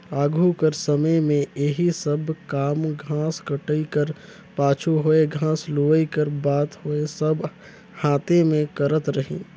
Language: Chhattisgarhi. आघु कर समे में एही सब काम घांस कटई कर पाछू होए घांस लुवई कर बात होए सब हांथे में करत रहिन